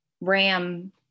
Ram